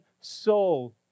soul